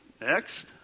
Next